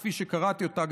כפי שקראתי אותה,